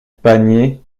panier